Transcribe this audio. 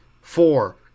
Four